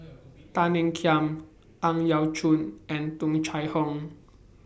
Tan Ean Kiam Ang Yau Choon and Tung Chye Hong